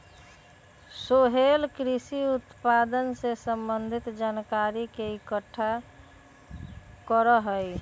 सोहेल कृषि उत्पादन से संबंधित जानकारी के इकट्ठा करा हई